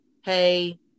hey